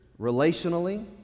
relationally